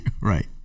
Right